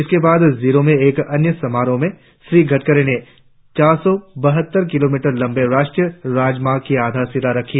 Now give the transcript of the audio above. इसके बाद जिरों में एक अन्य समारोह में श्री गडकरी ने चार सौ बहत्तर किलोमीटर लंबे राष्ट्रीय राजमार्ग की आधारशिला रखी